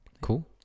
Cool